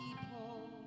people